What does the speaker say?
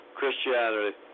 Christianity